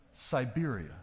Siberia